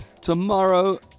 tomorrow